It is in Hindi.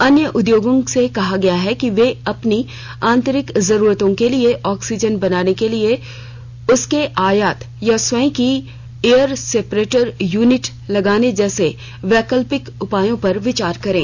अन्य उद्योगों से कहा गया है कि वें अपनी आंतरिक जरूरतों के लिए ऑक्सीजन बनाने के लिए उसके आयात या स्वयं की एयर सेपरेटर युनिटें लगाने जैसे वैकल्पिक उपायों पर विचार करें